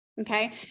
Okay